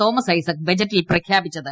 Thomas Isaac ബജറ്റിൽ പ്രഖ്യാപിച്ചത്